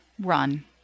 run